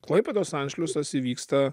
klaipėdos anšliusas įvyksta